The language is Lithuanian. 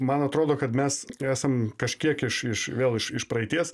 man atrodo kad mes esam kažkiek iš iš vėl iš iš praeities